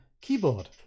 keyboard